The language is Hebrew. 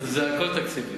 זה הכול תקציבי.